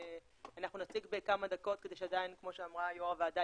אנחנו נציג בכמה דקות כדי שעדיין כמו שאמרה יו"ר הוועדה,